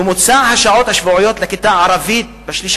ממוצע השעות השבועיות לכיתה הערבית בשליש